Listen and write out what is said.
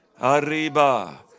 Arriba